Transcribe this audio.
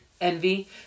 envy